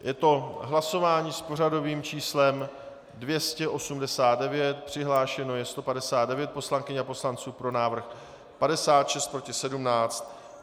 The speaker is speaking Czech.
Je to hlasování s pořadovým číslem 289, přihlášeno je 159 poslankyň a poslanců, pro návrh 56, proti 17.